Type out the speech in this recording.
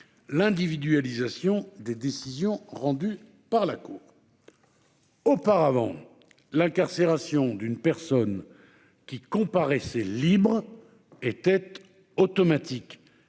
l'individualisation des décisions rendues par la cour auparavant l'incarcération d'une personne qui comparaissait libre et tête automatique,